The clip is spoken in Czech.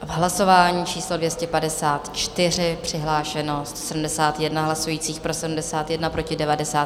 Hlasování číslo 254, přihlášeno 171 hlasujících, pro 71, proti 90.